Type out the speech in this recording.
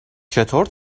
چطور